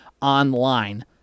online